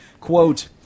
Quote